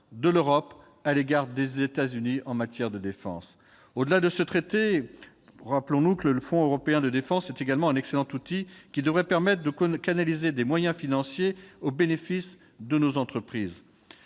de l'Europe à l'égard des États-Unis. Au-delà de ce traité, le Fonds européen de la défense est également un excellent outil. Il devrait permettre de canaliser des moyens financiers au bénéfice de nos entreprises.